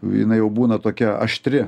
jinai jau būna tokia aštri